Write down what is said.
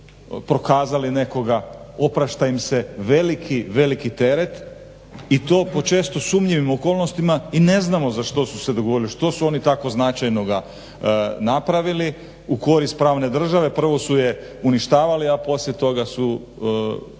su prokazali nekoga, oprašta im se veliki, veliki teret i to po često sumnjivim okolnostima i ne znamo za što su se dogovorili što su oni tako značajnoga napravili u korist pravne države. Prvo su je uništavali, a poslije toga su